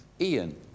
Ian